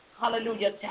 Hallelujah